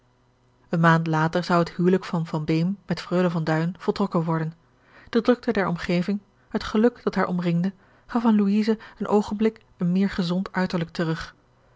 eene maand later zou het huwelijk van van beem met freule van duin voltrokken worden de drukte der omgeving het geluk dat haar omringde gaf aan louise een oogenblik een meer gezond uiterlijk terug